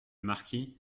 marquis